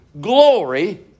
glory